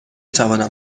توانم